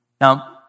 Now